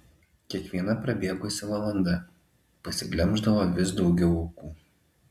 kiekviena prabėgusi valanda pasiglemždavo vis daugiau aukų